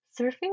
Surfing